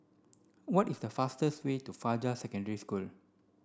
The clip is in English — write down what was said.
what is the fastest way to Fajar Secondary School